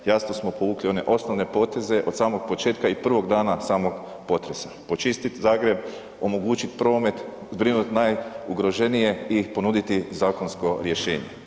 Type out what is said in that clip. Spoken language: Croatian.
Jasno smo povukli one osnovne poteze od samog početka i prvog dana samog potresa, očistit Zagreb, omogućit promet, zbrinut najugroženije i ponuditi zakonsko rješenje.